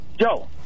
Joe